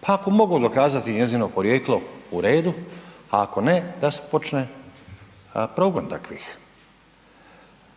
Pa ako mogu dokazati njezino porijeklo uredu, ako ne da se počne progon takvih.